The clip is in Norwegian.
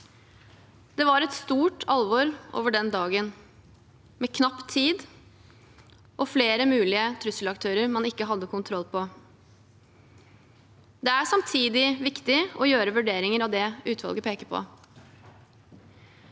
Det var et stort alvor over den dagen, med knapp tid og flere mulige trusselaktører man ikke hadde kontroll på. Det er samtidig viktig å gjøre vurderinger av det utvalget peker på.